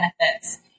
benefits